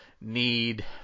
need